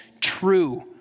True